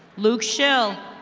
luke shill.